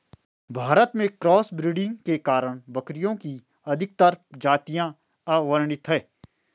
भारत में cross breeding के कारण बकरियों की अधिकतर जातियां अवर्णित है